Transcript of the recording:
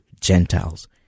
Gentiles